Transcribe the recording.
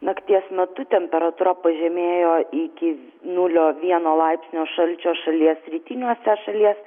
nakties metu temperatūra pažemėjo iki nulio vieno laipsnio šalčio šalies rytiniuose šalies